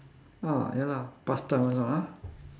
ah ya lah past time also ah